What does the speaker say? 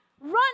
Run